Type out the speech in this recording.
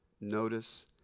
Notice